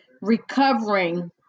recovering